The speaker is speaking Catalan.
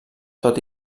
tot